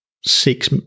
six